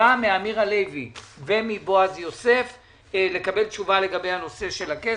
לקבל תשובה מאמיר הלוי ומבועז יוסף לגבי הנושא של הכסף,